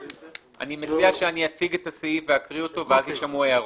אני מציע שאני אקריא את הסעיף ואז יישמעו ההערות.